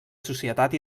societat